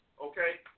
Okay